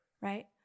right